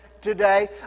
today